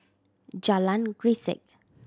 Jalan Grisek